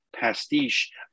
pastiche